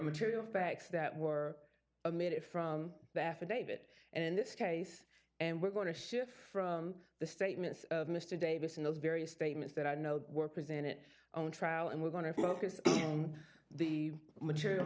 material facts that were emitted from the affidavit and in this case and we're going to shift from the statements of mr davis in those various statements that i know were presented on trial and we're going to focus on the material